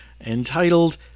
entitled